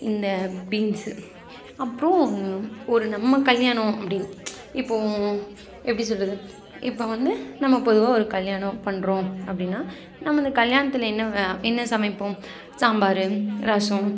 இந்த பீன்ஸு அப்புறம் ஒரு நம்ம கல்யாணம் அப்படின்னு இப்போது எப்படி சொல்கிறது இப்போ வந்து நம்ம பொதுவாக ஒரு கல்யாணம் பண்ணுறோம் அப்படின்னா நம்ம இந்த கல்யாணத்தில் என்ன என்ன சமைப்போம் சாம்பார் ரசம்